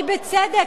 כי בצדק,